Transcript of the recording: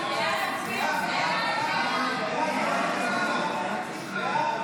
ההצעה להעביר את הצעת חוק הדרכונים (תיקון,